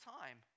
time